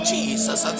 Jesus